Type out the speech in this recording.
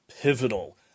pivotal